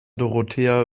dorothea